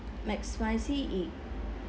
mac spicy it